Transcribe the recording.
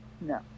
No